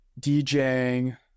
DJing